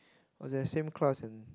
I was in the same class and